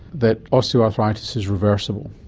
that osteoarthritis is reversible?